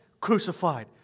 crucified